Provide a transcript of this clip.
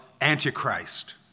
Antichrist